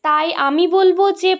তাই আমি বলব যে